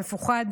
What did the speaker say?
מפוחד,